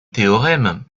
théorème